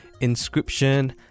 Inscription